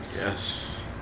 Yes